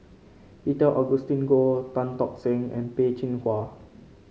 Peter Augustine Goh Tan Tock Seng and Peh Chin Hua